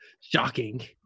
Shocking